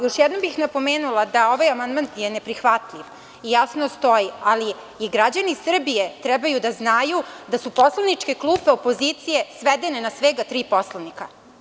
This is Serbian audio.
Još jednom bih napomenula da je ovaj amandman neprihvatljiv i jasno stoji, ali građani Srbije treba da znaju da su poslaničke klupe opozicije svedene na svega tri poslanika.